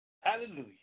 hallelujah